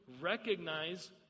recognize